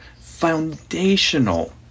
foundational